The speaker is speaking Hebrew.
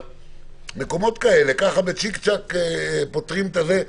מקומות כאלה, כך פוטרים אותם?